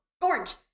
Orange